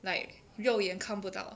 like 肉眼看不到